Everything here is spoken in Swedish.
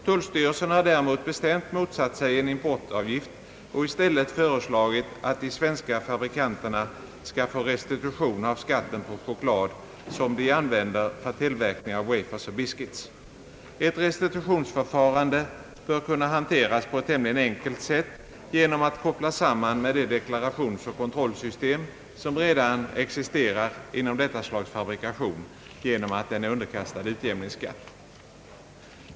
Tullstyrelsen har däremot bestämt motsatt sig en importavgift och i stället föreslagit, att de svenska fabrikanterna skall få restitution av skatten på den choklad, som används för tillverkning av wafers och biscuits. Ett restitutionsförfarande bör kunna hanteras på ett tämligen enkelt sätt genom att kopplas samman med det deklarationsoch kontrollsystem, som redan existerar för fabrikation av detta slag genom att den är underkastad utjämningsskatt.